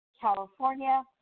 California